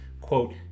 quote